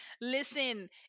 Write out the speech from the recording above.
Listen